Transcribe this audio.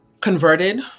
Converted